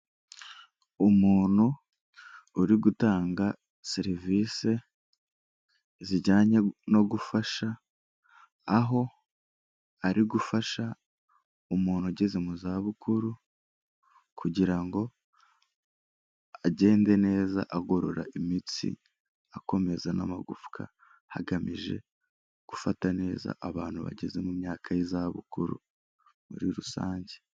Umuntu uri gutanga serivise, zijyanye no gufasha, aho ari gufasha umuntu ugeze mu zabukuru, kugira ngo agende neza agorora imitsi akomeza n'amagufwa, hagamije gufata neza abantu bageze mu myaka y'izabukuru, muri rusange.